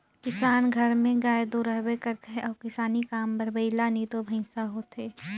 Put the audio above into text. किसान कर घर में गाय दो रहबे करथे अउ किसानी काम बर बइला नी तो भंइसा होथे